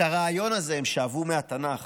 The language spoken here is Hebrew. את הרעיון הזה הם שאבו מהתנ"ך.